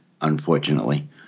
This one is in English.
unfortunately